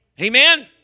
Amen